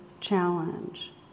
challenge